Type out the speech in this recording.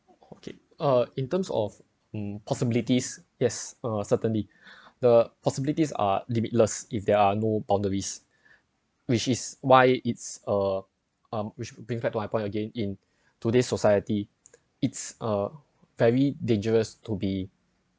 okay uh in terms of um possibilities yes uh certainly the possibilities are limitless if there are no boundaries which is why it's uh um which brings me to my point again in today's society it's uh very dangerous to be